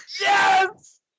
Yes